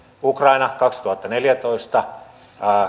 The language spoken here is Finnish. ukraina kaksituhattaneljätoista